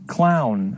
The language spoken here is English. Clown